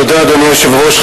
אדוני היושב-ראש,